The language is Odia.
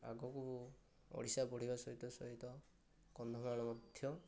ଆଗକୁ ଓଡ଼ିଶା ବଢ଼ିବା ସହିତ ସହିତ କନ୍ଧମାଳ ମଧ୍ୟ